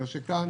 אלא שכאן